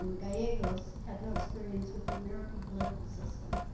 gallegos had no experience with the american political system.